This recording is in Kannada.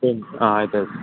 ಹ್ಞೂ ಹಾಂ ಆಯ್ತು ಆಯ್ತು